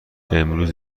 امروز